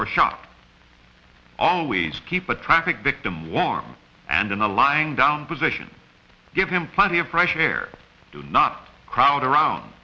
for shock always keep a traffic victim warm and in the lying down position give them plenty of fresh air do not crowd around